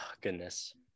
Goodness